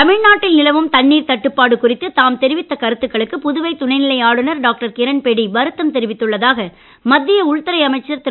தமிழ்நாட்டில் நிலவும் தண்ணீர் தட்டுப்பாடு குறித்து தாம் தெரிவித்த கருத்துக்களுக்கு புதுவை துணைநிலை ஆளுநர் டாக்டர் கிரண்பேடி வருத்தம் தெரிவித்துள்ளதாக மத்திய உள்துறை அமைச்சர் திரு